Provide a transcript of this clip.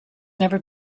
never